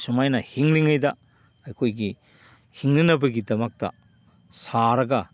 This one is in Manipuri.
ꯁꯨꯃꯥꯏꯅ ꯍꯤꯡꯂꯤꯉꯩꯗ ꯑꯩꯈꯣꯏꯒꯤ ꯍꯤꯡꯅꯅꯕꯒꯤꯗꯃꯛꯇ ꯁꯥꯔꯒ